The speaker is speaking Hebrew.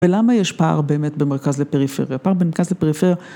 ולמה יש פער באמת בין מרכז לפריפריה? פער בין מרכז לפריפריה...